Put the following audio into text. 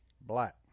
Black